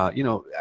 you know,